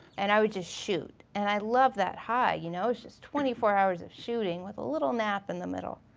and i would just shoot. and i loved that high you know, just twenty four hours of shooting with a little nap in the middle.